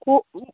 କୁ